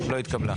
לא התקבלה.